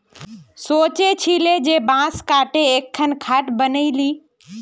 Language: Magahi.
सोचे छिल जे बांस काते एकखन खाट बनइ ली